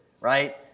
right